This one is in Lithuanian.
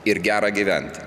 ir gera gyventi